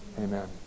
Amen